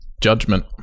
judgment